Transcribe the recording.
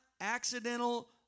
accidental